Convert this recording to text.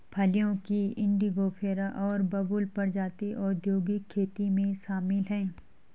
फलियों की इंडिगोफेरा और बबूल प्रजातियां औद्योगिक खेती में शामिल हैं